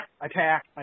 attack